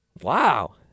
Wow